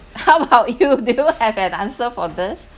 how about you do you have an answer for this